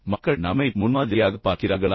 மக்கள் நம்மைப் முன்மாதிரியாகப் பார்க்கிறார்களா